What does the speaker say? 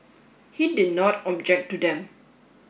he did not object to them